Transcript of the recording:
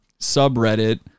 subreddit